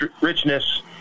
richness